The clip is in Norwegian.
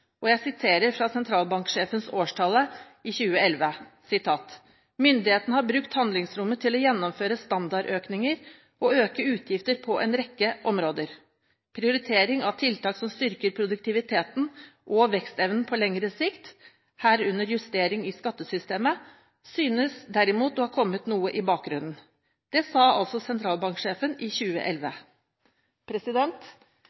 Jeg siterer fra sentralbanksjefens årstale i 2011: «Myndighetene har brukt handlingsrommet til å gjennomføre standardøkninger og øke utgiftene på en rekke områder. Prioritering av tiltak som styrker produktiviteten og vekstevnen på lengre sikt, herunder justeringer i skattesystemet, synes derimot å ha kommet noe i bakgrunnen.» Det sa altså sentralbanksjefen i